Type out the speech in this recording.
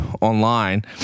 online